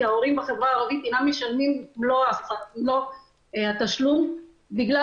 ההורים בחברה הערבים אינם משלמים מלוא התשלום בגלל